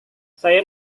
saya